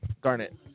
Garnet